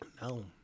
No